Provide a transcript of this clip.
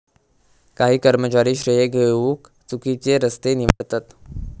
काही कर्मचारी श्रेय घेउक चुकिचे रस्ते निवडतत